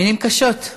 מילים קשות.